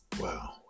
Wow